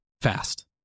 fast